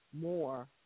more